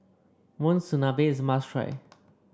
Monsunabe is a must try